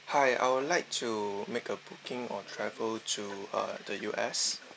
hi I would like to make a booking on travel to uh the U_S